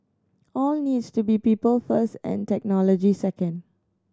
all needs to be people first and technology second